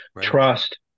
trust